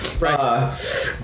right